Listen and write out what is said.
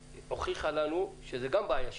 שהוכיחה לנו שזו גם בעיה שלי.